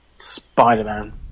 Spider-Man